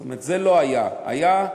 זאת אומרת, זה לא היה, היה?